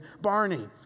Barney